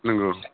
नंगौ